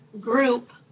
group